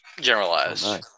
Generalized